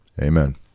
Amen